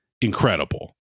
incredible